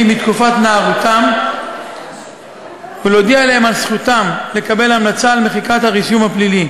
מתקופת נערותם ולהודיע להם על זכותם לקבל המלצה למחיקת הרישום הפלילי,